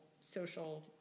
social